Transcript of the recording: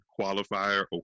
qualifier